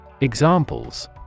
Examples